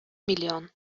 миллион